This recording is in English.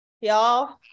Y'all